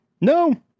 No